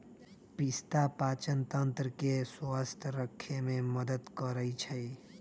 पिस्ता पाचनतंत्र के स्वस्थ रखे में मदद करई छई